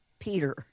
Peter